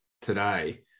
today